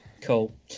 Cool